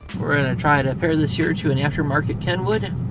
we're gonna try to pair this here to an aftermarket kenwood.